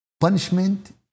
Punishment